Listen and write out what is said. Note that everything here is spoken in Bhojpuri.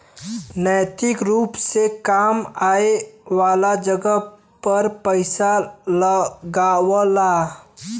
नैतिक रुप से काम आए वाले जगह पर पइसा लगावला